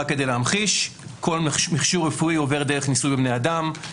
רק כדי להמחיש: כל מכשור רפואי עובר דרך ניסויים בבני אדם,